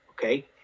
okay